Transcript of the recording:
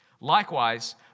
Likewise